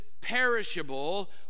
perishable